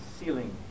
ceiling